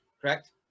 correct